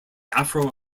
afro